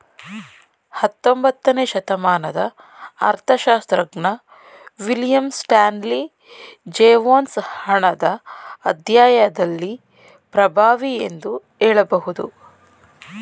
ಹತ್ತೊಂಬತ್ತನೇ ಶತಮಾನದ ಅರ್ಥಶಾಸ್ತ್ರಜ್ಞ ವಿಲಿಯಂ ಸ್ಟಾನ್ಲಿ ಜೇವೊನ್ಸ್ ಹಣದ ಅಧ್ಯಾಯದಲ್ಲಿ ಪ್ರಭಾವಿ ಎಂದು ಹೇಳಬಹುದು